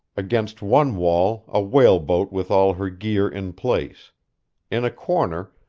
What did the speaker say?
against one wall, a whaleboat with all her gear in place in a corner,